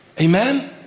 Amen